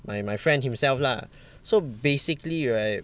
my my friend himself lah so basically right